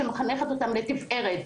שאני מחנכת אותם לתפארת.